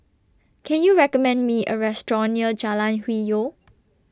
Can YOU recommend Me A Restaurant near Jalan Hwi Yoh